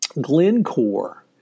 Glencore